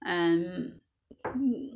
um hmm